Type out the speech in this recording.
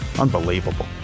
Unbelievable